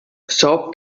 soap